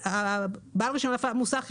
בעל רישיון להפעלת מוסך,